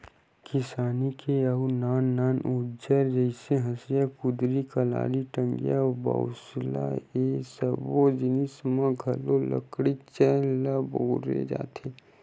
किसानी के अउ नान नान अउजार जइसे हँसिया, कुदारी, कलारी, टंगिया, बसूला ए सब्बो जिनिस म घलो लकड़ीच ल बउरे जाथे